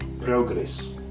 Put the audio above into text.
progress